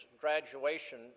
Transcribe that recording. graduation